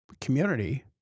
community